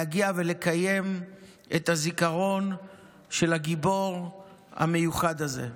להגיע ולקיים את הזיכרון של הגיבור המיוחד הזה.